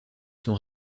sont